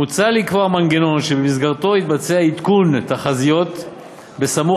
מוצע לקבוע מנגנון שבמסגרתו יתבצע עדכון תחזיות סמוך